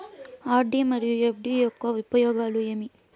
RD మరియు FD యొక్క ఉపయోగాలు ఏమి?